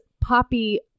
Poppy